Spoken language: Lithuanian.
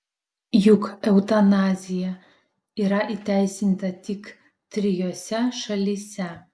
juk eutanazija yra įteisinta tik trijose šalyse